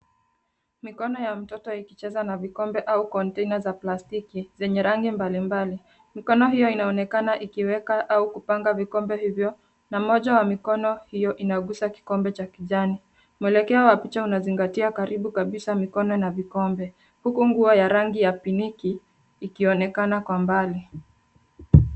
Mikono ya mtoto ikicheza na vikombe au kontaina za plastiki zenye rangi mbali mbali. Mikono hiyo inaonekana ikiweka au kupanga vikombe hivyo na moja wa mikono hiyo inagusa kikombe cha kijani. Mwelekeo wa picha unazingatia karibu kabisa mikono na vikombe, huku nguo ya rangi ya pinki ikionekana kwa mbali.